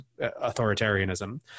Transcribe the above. authoritarianism